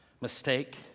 mistake